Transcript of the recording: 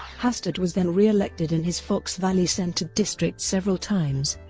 hastert was then reelected in his fox valley-centered district several times,